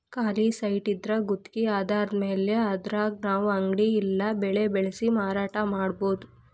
ಖಾಲಿ ಸೈಟಿದ್ರಾ ಗುತ್ಗಿ ಆಧಾರದ್ಮ್ಯಾಲೆ ಅದ್ರಾಗ್ ನಾವು ಅಂಗಡಿ ಇಲ್ಲಾ ಬೆಳೆ ಬೆಳ್ಸಿ ಮಾರಾಟಾ ಮಾಡ್ಬೊದು